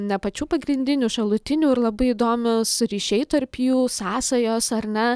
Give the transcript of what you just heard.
ne pačių pagrindinių šalutinių ir labai įdomius ryšiai tarp jų sąsajos ar ne